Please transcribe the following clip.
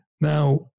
Now